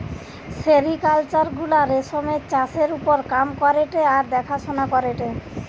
sericulture গুলা রেশমের চাষের ওপর কাম করেটে আর দেখাশোনা করেটে